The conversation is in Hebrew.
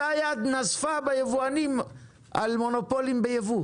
אותה יד נזפה ביבואנים על מונופולים בייבוא